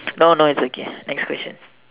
no no it's okay next question